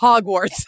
Hogwarts